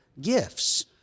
gifts